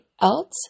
else